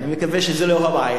אני מקווה שזו לא הבעיה.